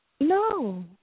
No